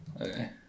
Okay